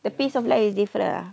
the pace of life is different lah